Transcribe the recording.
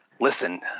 listen